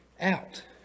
out